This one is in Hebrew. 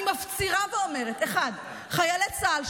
אני מפצירה ואומרת: חיילי צה"ל,